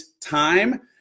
time